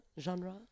genre